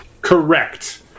Correct